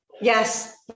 Yes